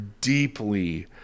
deeply